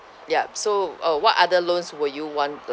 yup so uh what other loans will you want